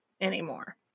anymore